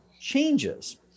changes